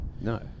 No